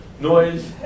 noise